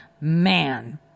man